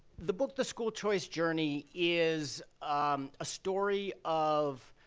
the book the school choice journey is a story of